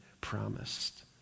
promised